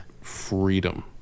freedom